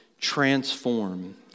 transform